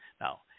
Now